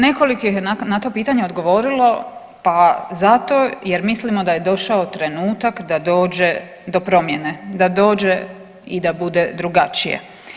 Nekoliko ih je na to pitanje odgovorilo, pa zato jer mislimo da je došao trenutak da dođe do promjene, da dođe i da bude drugačije.